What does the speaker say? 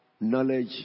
knowledge